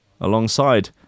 alongside